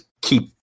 keep